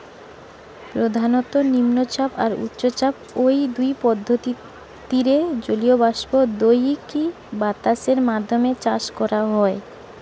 প্রধানত নিম্নচাপ আর উচ্চচাপ, ঔ দুই পদ্ধতিরে জলীয় বাষ্প দেইকি বাতাসের মাধ্যমে চাষ করা হয়